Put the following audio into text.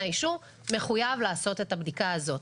האישור מחויב לעשות את הבדיקה הזאת.